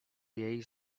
jej